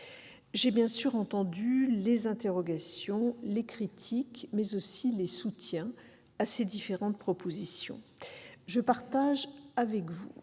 J'ai bien sûr entendu les interrogations et les critiques, mais aussi les soutiens à ces différentes propositions. Je partage avec vous